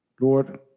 Lord